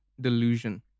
delusion